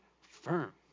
firm